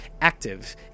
active